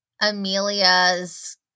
Amelia's